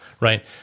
right